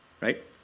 Right